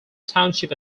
township